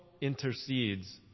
intercedes